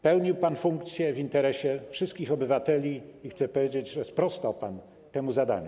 Pełnił pan funkcję w interesie wszystkich obywateli i chcę powiedzieć, że sprostał pan temu zadaniu.